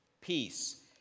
peace